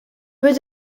peu